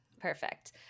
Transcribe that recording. perfect